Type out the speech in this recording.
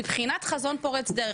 מבחינת חזון פורץ דרך,